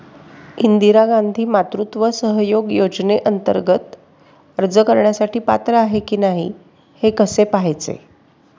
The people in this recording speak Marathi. इंदिरा गांधी मातृत्व सहयोग योजनेअंतर्गत अर्ज करण्यासाठी पात्र आहे की नाही हे कसे पाहायचे?